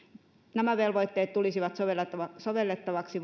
nämä velvoitteet tulisivat sovellettavaksi sovellettavaksi